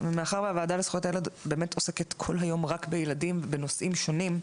מאחר והוועדה לזכויות הילד באמת עוסקת כל היום רק בילדים בנושאים שונים,